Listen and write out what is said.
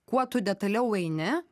kuo tu detaliau eini